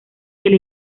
del